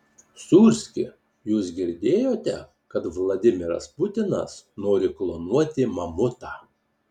sūrski jūs girdėjote kad vladimiras putinas nori klonuoti mamutą